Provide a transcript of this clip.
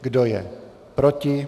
Kdo je proti?